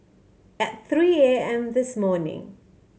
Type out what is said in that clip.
at three A M this morning